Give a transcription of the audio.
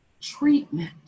treatment